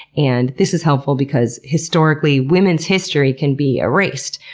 and this is helpful because historically women's history can be erased,